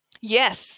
Yes